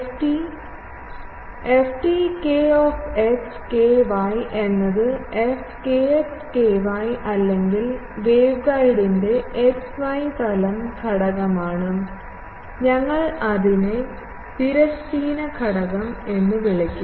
ft എന്നത് f അല്ലെങ്കിൽ വേവ്ഗൈഡിൻറെ x y തലം ഘടകമാണ് ഞങ്ങൾ അതിനെ തിരശ്ചീന ഘടകം എന്ന് വിളിക്കും